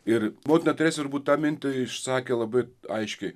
ir motina teresė ir būt mintis išsakė labai aiškiai